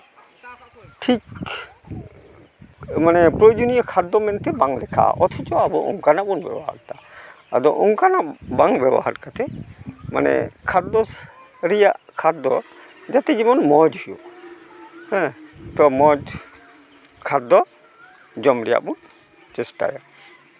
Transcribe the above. ᱴᱷᱤᱠ ᱢᱟᱱᱮ ᱯᱨᱚᱭᱳᱡᱚᱱᱤᱭᱚ ᱠᱷᱟᱫᱽᱫᱚ ᱢᱮᱱᱛᱮ ᱵᱟᱝ ᱞᱮᱠᱷᱟᱜᱼᱟ ᱚᱛᱷᱚᱪᱚ ᱟᱵᱚ ᱚᱱᱠᱟᱱᱟᱜ ᱵᱚᱱ ᱵᱮᱵᱚᱦᱟᱨᱫᱟ ᱟᱫᱚ ᱚᱱᱠᱟᱱᱟᱜ ᱵᱟᱝ ᱵᱮᱵᱚᱦᱟᱨ ᱠᱟᱛᱮ ᱢᱟᱱᱮ ᱠᱷᱟᱫᱽᱫᱚ ᱨᱮᱭᱟᱜ ᱠᱷᱟᱫᱽᱫᱚ ᱡᱟᱛᱮ ᱡᱮᱢᱚᱱ ᱢᱚᱡᱽ ᱦᱩᱭᱩᱜ ᱦᱮᱸ ᱛᱚ ᱢᱚᱡᱽ ᱠᱷᱟᱫᱽᱫᱚ ᱡᱚᱢ ᱨᱮᱭᱟᱜ ᱵᱚᱱ ᱪᱮᱥᱴᱟᱭᱟ